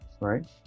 right